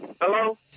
hello